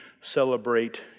celebrate